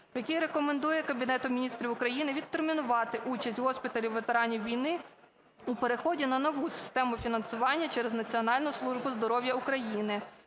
якій рекомендує Кабінету Міністрів України відтермінувати участь госпіталів ветеранів війни у переході на нову систему фінансування через Національну службу здоров'я України